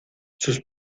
sus